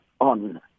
on